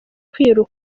kwikura